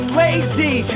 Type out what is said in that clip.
lazy